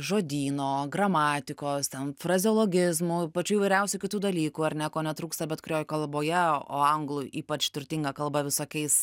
žodyno gramatikos ten frazeologizmų pačių įvairiausių kitų dalykų ar nieko netrūksta bet kurioj kalboj o anglų ypač turtinga kalba visokiais